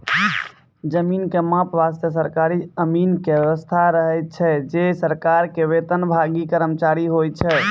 जमीन के माप वास्तॅ सरकारी अमीन के व्यवस्था रहै छै जे सरकार के वेतनभागी कर्मचारी होय छै